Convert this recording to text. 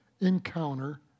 Encounter